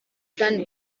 plan